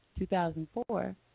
2004